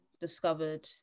discovered